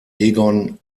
egon